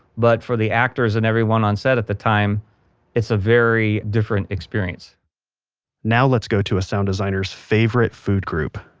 but for the actors and everyone on set at the time it's a very different experience now let's go to a sound designer's favorite food group,